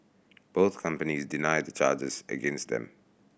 both companies deny the charges against them